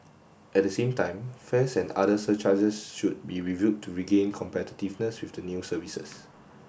at the same time fares and other surcharges should be reviewed to regain competitiveness with the new services